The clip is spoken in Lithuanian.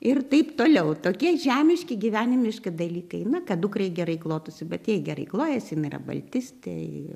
ir taip toliau tokie žemiški gyvenimiši dalykai na kad dukrai gerai klotųsi bet jei gerai klojasi jinai yra baltstė